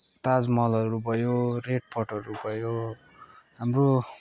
ताज महलहरू भयो रेड फोर्टहरू भयो हाम्रो